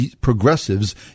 Progressives